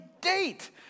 date